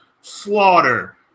Slaughter